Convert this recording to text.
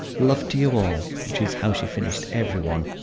love to you all. which is how she finished every one.